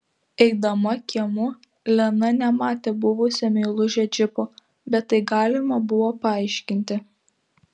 eidama kiemu lena nematė buvusio meilužio džipo bet tai galima buvo paaiškinti